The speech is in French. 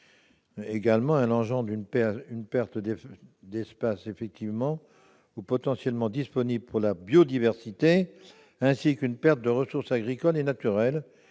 également une perte d'espaces effectivement ou potentiellement disponibles pour la biodiversité, ainsi qu'une perte de ressources agricoles et naturelles.